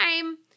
time